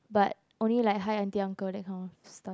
but only like hi aunty uncle that kind of stuff